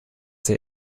der